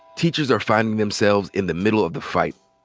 teachers are finding themselves in the middle of the fight.